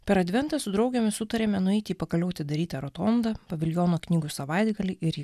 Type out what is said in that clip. per adventą su draugėmis sutarėme nueiti į pagaliau darytą rotondą paviljono knygų savaitgalį ir į